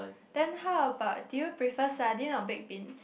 then how about do you prefer sardine or baked beans